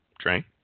Train